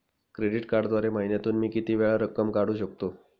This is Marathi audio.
क्रेडिट कार्डद्वारे महिन्यातून मी किती वेळा रक्कम काढू शकतो?